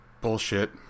bullshit